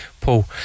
Paul